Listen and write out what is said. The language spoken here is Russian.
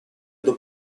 эту